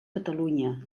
catalunya